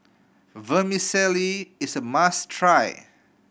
vermicelli is a must try